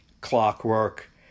Clockwork